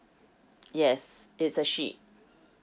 yes it's a she